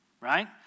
right